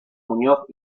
muñoz